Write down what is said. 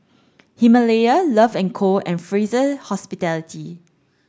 Himalaya Love and Co and Fraser Hospitality